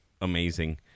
amazing